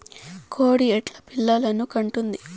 కోడి ఎట్లా పిల్లలు కంటుంది?